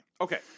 Okay